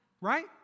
Right